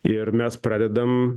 ir mes pradedam